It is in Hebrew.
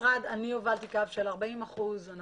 הובלתי קו של 40 אחוזים,